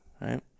right